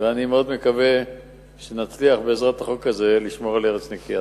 ואני מאוד מקווה שנצליח בעזרת החוק הזה לשמור על ארץ נקייה.